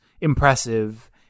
impressive